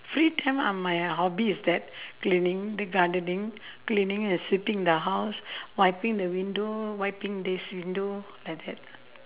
free time are my hobby is that cleaning gardening cleaning and sweeping the house wiping the window wiping this window like that